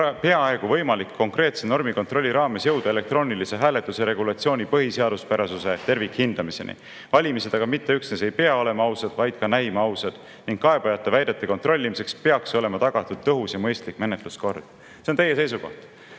peaaegu võimalik konkreetse normikontrolli raames jõuda elektroonilise hääletuse regulatsiooni põhiseaduspärasuse tervikhindamiseni. Valimised aga mitte üksnes ei pea olema ausad, vaid ka näima ausad, ning kaebajate väidete kontrollimiseks peaks olema tagatud tõhus ja mõistlik menetluskord. See on teie seisukoht.